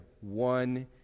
one